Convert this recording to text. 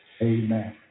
amen